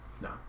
No